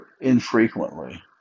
infrequently